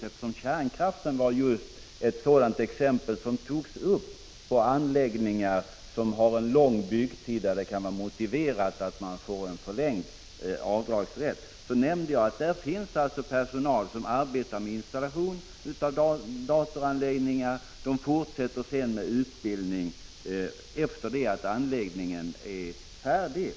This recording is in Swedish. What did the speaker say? Eftersom kärnkraftsanläggningar var ett exempel på anläggningar med en lång byggtid, som kan motivera en förlängning när det gäller rätten till uppdrag, tog jag upp detta i den förra debatten. Jag framhöll att det finns personal som arbetar med installation av datoranläggningar och som fortsätter med utbildning efter det att anläggningarna är färdiga.